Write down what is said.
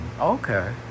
Okay